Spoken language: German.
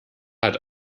hat